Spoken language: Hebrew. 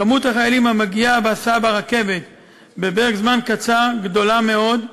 כמות החיילים המגיעה ברכבת בפרק זמן קצר גדולה מאוד,